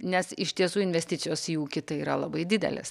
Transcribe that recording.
nes iš tiesų investicijos į ūkį tai yra labai didelės